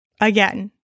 Again